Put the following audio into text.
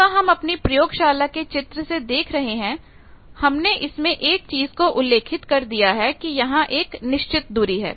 जैसा हम अपनी प्रयोगशाला के चित्र से देख रहे हैं हमने इसमें एक चीज को उल्लेखित कर दिया है कि यहां एक निश्चित दूरी है